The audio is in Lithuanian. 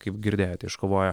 kaip girdėjote iškovojo